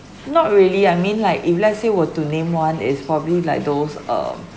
not really I mean like if let's say we're to name one is probably like those um